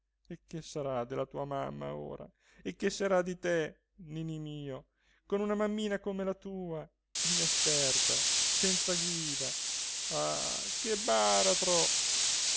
e che sarà della tua mamma ora e che sarà di te ninì mio con una mammina come la tua inesperta senza guida ah che baratro